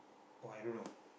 oh I don't know